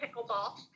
pickleball